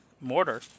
mortar